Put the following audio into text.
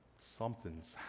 Something's